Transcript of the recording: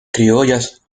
criollas